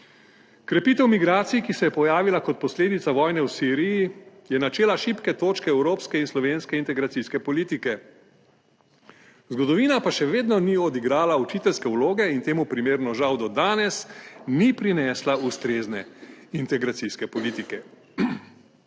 Krepitev migracij, ki se je pojavila kot posledica vojne v Siriji, je načela šibke točke evropske in slovenske integracijske politike, zgodovina pa še vedno ni odigrala učiteljske vloge in temu primerno žal do danes ni prinesla ustrezne integracijske politike.